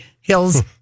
Hills